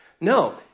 No